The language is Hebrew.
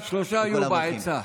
שלושה היו בעצה.